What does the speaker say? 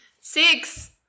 Six